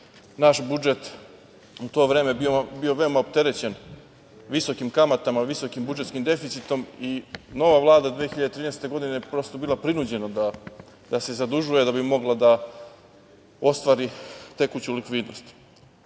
naš budžet u to vreme bio veoma opterećen visokim kamatama, visokim budžetskim deficitom i nova Vlada 2013. godine je prosto bila prinuđena da se zadužuje da bi mogla da ostvari tekuću likvidnost. Godine